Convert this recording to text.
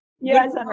Yes